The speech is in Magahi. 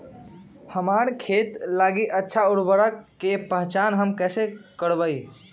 हमार खेत लागी अच्छा उर्वरक के पहचान हम कैसे करवाई?